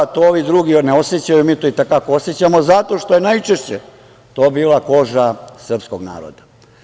To ovi drugi ne osećaju, mi to i te kako osećamo, zato što je najčešće to bila koža srpskog naroda.